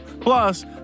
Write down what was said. Plus